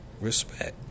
Respect